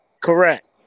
Correct